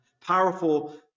powerful